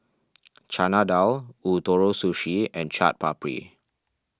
Chana Dal Ootoro Sushi and Chaat Papri